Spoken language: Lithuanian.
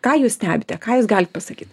ką jūs stebite ką jūs galit pasakyt